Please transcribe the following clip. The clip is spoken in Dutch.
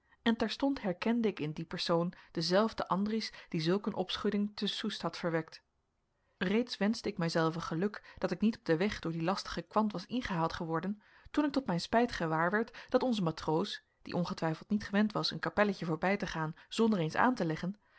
en terstond herkende ik in dien persoon denzelfden andries die zulk een opschudding te soest had verwekt reeds wenschte ik mijzelven geluk dat ik niet op den weg door dien lastigen kwant was ingehaald geworden toen ik tot mijn spijt gewaarwerd dat onze matroos die ongetwijfeld niet gewend was een kapelletje voorbij te gaan zonder eens aan te leggen